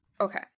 Okay